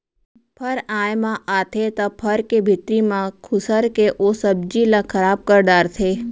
फर आए म आथे त फर के भीतरी म खुसर के ओ सब्जी ल खराब कर डारथे